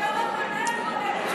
אבל לא עשינו את זה.